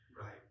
right